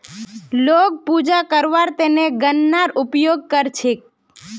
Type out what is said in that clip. लोग पूजा करवार त न गननार उपयोग कर छेक